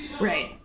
Right